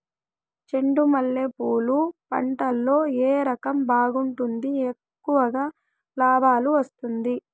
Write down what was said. చెండు మల్లె పూలు పంట లో ఏ రకం బాగుంటుంది, ఎక్కువగా లాభాలు వస్తుంది?